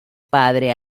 padre